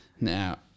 Now